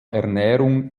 ernährung